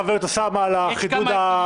חבר הכנסת אוסאמה סעדי על החידוד וההבהרה.